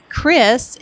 Chris